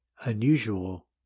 unusual